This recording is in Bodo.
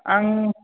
आं